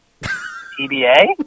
TBA